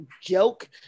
joke